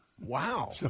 Wow